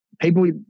people